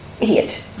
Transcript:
idiot